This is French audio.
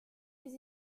des